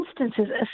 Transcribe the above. instances